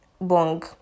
bong